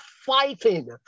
fighting